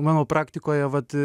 mano praktikoje vat